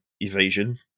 evasion